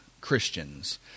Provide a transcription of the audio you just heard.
Christians